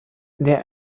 der